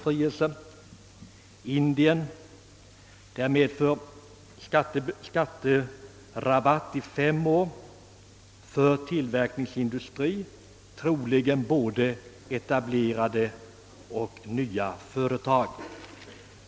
I Indien lämnas skatterabatt i fem år för tillverkningsindustrier, troligen både redan etablerade och nya företag.